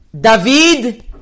David